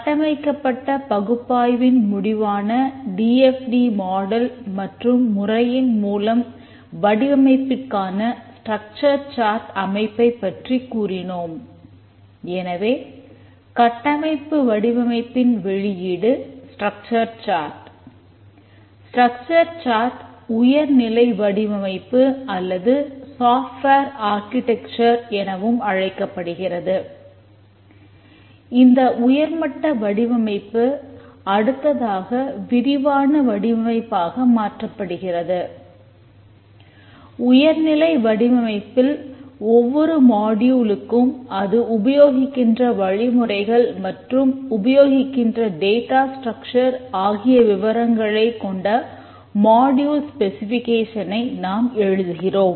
கட்டமைக்கப்பட்ட பகுப்பாய்வின் முடிவான டி எஃப் டி மாடல் நாம் எழுதுகிறோம்